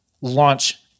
launch